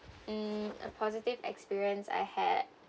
um a positive experience I had